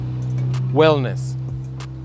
Wellness